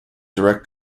direct